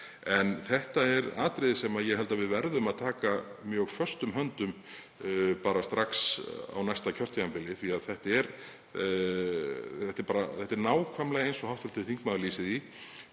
En þetta er atriði sem ég held að við verðum að taka mjög föstum tökum strax á næsta kjörtímabili, því að þetta er nákvæmlega eins og hv. þingmaður lýsir